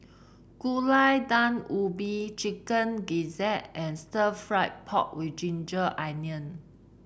Gulai Daun Ubi Chicken Gizzard and Stir Fried Pork with ginger onion